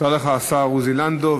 תודה לך, השר עוזי לנדאו.